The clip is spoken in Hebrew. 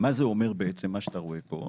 מה זה אומר בעצם מה שאתה רואה פה?